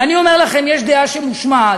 ואני אומר לכם שיש דעה שנשמעת